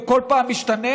הוא כל פעם מתחלף,